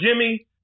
Jimmy